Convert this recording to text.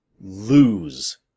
lose